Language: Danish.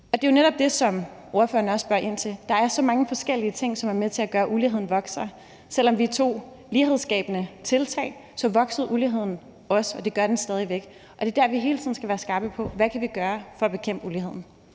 Det er jo netop det, som ordføreren også spørger ind til: Der er så mange forskellige ting, som er med til at gøre, at uligheden vokser. Selv om vi tog lighedsskabende tiltag, voksede uligheden også, og det gør den stadig væk. Og det er der, vi hele tiden skal være skarpe på, hvad vi kan gøre for at bekæmpe uligheden.